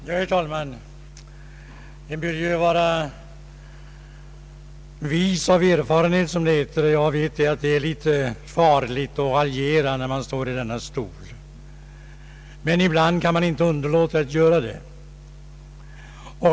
Herr talman! Man blir ju vis av erfarenheten, som det heter. Jag vet att det är litet farligt att raljera när man står i denna talarstol, men ibland kan man inte underlåta att göra det.